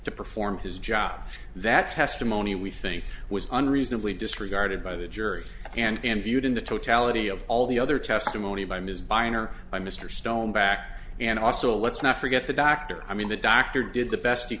to perform his job that testimony we think was unreasonably disregarded by the jury and then viewed in the totality of all the other testimony by ms buying or by mr stone back and also let's not forget the doctor i mean the doctor did the best he